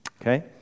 Okay